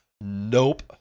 Nope